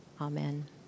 Amen